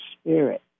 spirit